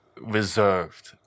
reserved